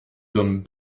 hommes